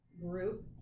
group